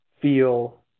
feel